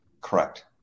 correct